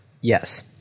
Yes